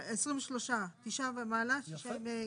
23. תשעה ומעלה --- יפה.